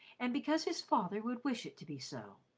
and because his father would wish it to be so.